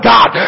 God